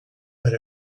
but